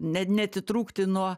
ne neatitrūkti nuo